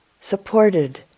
supported